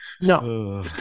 No